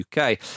UK